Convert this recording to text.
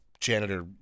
janitor